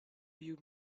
you